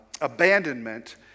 abandonment